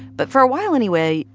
but, for a while anyway,